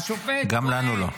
גם לנו לא.